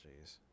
jeez